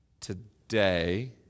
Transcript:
Today